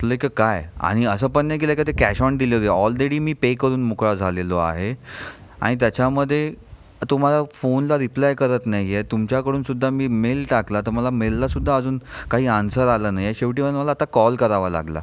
like uh काय आणि असं पण नाही की लाईक ते कॅश ऑन डिलिव्हरी ऑलरेडी मी पे करून मोकळा झालेलो आहे आणि त्याच्यामध्ये तो मला फोनला रिप्लाय करत नाही आहे तुमच्याकडूनसुद्धा मी मेल टाकला तर मला मेललासुद्धा अजून काही आन्सर आला नाही शेवटी म्हणजे मला आता कॉल करावा लागला